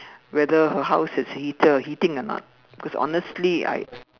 whether her house is heater heating a not because honestly I